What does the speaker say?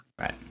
Right